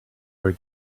were